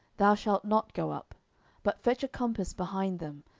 thou shalt not go up but fetch a compass behind them,